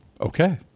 Okay